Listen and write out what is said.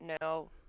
no